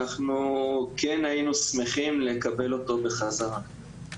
אנחנו כן היינו שמחים לקבל אותו בחזרה.